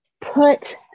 put